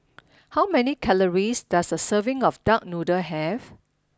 how many calories does a serving of Duck Noodle have